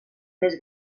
més